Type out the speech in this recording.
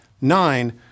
Nine